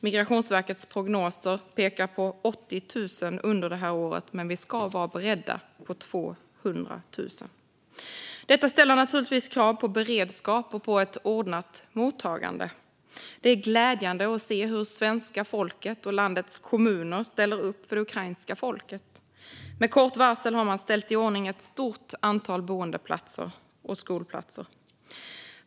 Migrationsverkets prognoser pekar på 80 000 under det här året, men vi ska vara beredda på 200 000. Det ställer naturligtvis krav på beredskap och ett ordnat mottagande. Det är glädjande att se hur svenska folket och landets kommuner ställer upp för det ukrainska folket. Med kort varsel har man ställt i ordning ett stort antal boendeplatser och skolplatser.